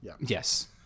Yes